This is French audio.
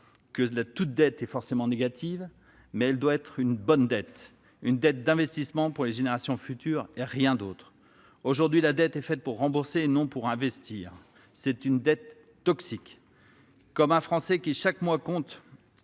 que toute dette est forcément négative, mais elle doit être une bonne dette, une dette d'investissement pour les générations futures, et rien d'autre. Or, aujourd'hui, la dette est faite pour rembourser, non pour investir. C'est une dette toxique ! Comment un Français qui chaque mois compte